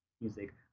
music